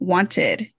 Wanted